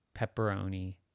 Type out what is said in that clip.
pepperoni